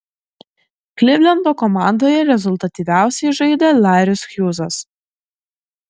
klivlendo komandoje rezultatyviausiai žaidė laris hjūzas